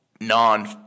non –